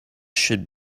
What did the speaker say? should